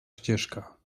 ścieżka